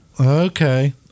okay